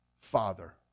Father